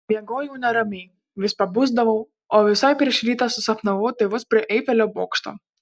miegojau neramiai vis pabusdavau o visai prieš rytą susapnavau tėvus prie eifelio bokšto